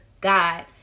God